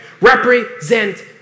Represent